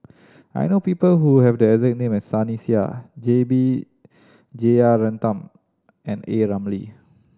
I know people who have the exact name as Sunny Sia J B Jeyaretnam and A Ramli